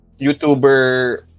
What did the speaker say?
YouTuber